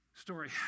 story